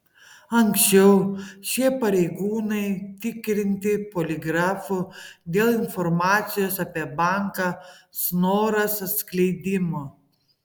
anksčiau šie pareigūnai tikrinti poligrafu dėl informacijos apie banką snoras atskleidimo